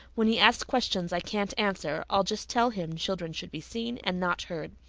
when he asks questions i can't answer i'll just tell him children should be seen and not heard.